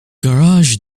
garage